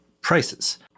prices